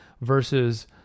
Versus